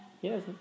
Yes